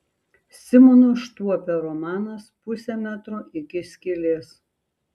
simono štuopio romanas pusė metro iki skylės